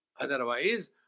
Otherwise